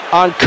on